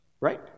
right